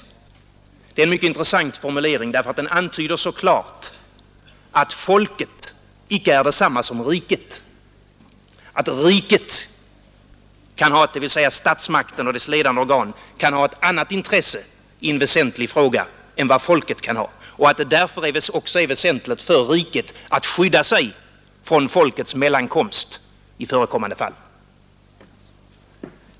Detta är en mycket intressant formulering, eftersom den så klart antyder att folket icke är detsamma som riket och att riket, dvs. statsmakten och dess ledande organ, kan ha ett annat intresse i en väsentlig fråga än vad folket kan ha och att det därför också är väsentligt för riket att skydda sig från folkets mellankomst i förekommande fall.